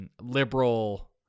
liberal